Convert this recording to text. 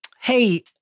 Hey